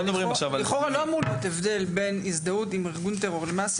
לכאורה לא אמור להיות הבדל בין הזדהות עם ארגון טרור למעשה